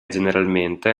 generalmente